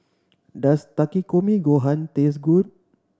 does Takikomi Gohan taste good